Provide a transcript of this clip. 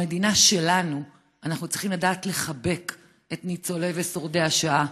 במדינה שלנו אנחנו צריכים לדעת לחבק את ניצולי ושורדי השואה.